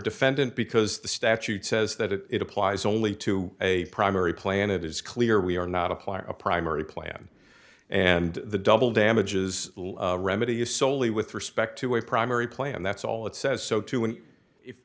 defendant because the statute says that it applies only to a primary plan it is clear we are not applying a primary plan and the double damages remedy is solely with respect to a primary plan that's all it says so too and if